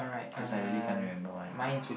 cause I really can't remember one ya